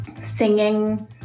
Singing